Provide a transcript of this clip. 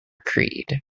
creed